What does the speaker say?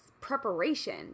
preparation